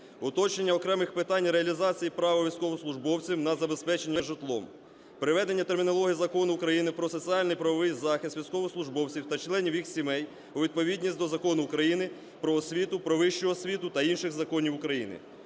Уточнення окремих питань реалізації права військовослужбовців на забезпечення житлом. Приведення термінології Закону України "Про соціальний і правовий захист військовослужбовців та членів їх сімей" у відповідність до Закону України "Про освіту", "Про вищу освіту" та інших законів України.